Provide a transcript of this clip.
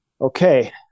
okay